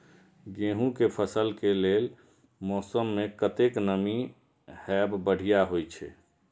गेंहू के फसल के लेल मौसम में कतेक नमी हैब बढ़िया होए छै?